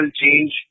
change